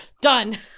Done